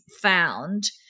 found